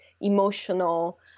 emotional